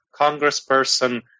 congressperson